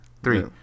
three